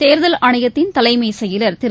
தேர்தல் ஆணையத்தின் தலைமை செயலர் திரு